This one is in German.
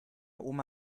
oma